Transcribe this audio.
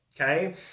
okay